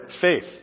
faith